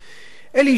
לפי התגובה שלו,